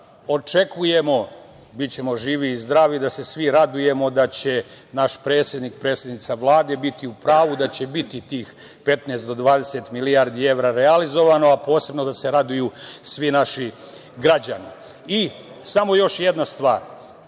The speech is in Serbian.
Očekujemo, bićemo živi i zdravi da se svi radujemo da će naš predsednik, predsednica Vlade biti u pravu, da će biti tih 15 do 20 milijardi evra realizovano, posebno da se raduju svi naši građani. Samo još jedna stvar.